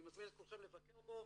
אני מזמין את כולכם לבקר בו.